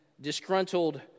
disgruntled